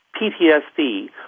PTSD